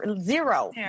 zero